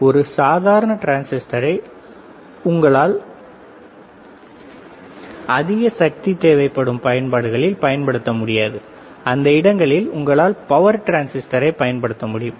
ஒரு சாதாரண டிரான்சிஸ்டரை உங்களால் அதிக சக்தி தேவைப்படும் பயன்பாடுகளில் பயன்படுத்த முடியாது அந்த இடங்களில் உங்களால் பவர் டிரான்சிஸ்டரை பயன்படுத்த முடியும்